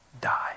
die